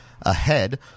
ahead